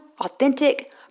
authentic